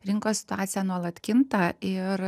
rinkos situacija nuolat kinta ir